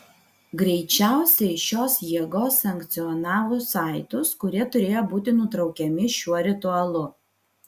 greičiausiai šios jėgos sankcionavo saitus kurie turėjo būti nutraukiami šiuo ritualu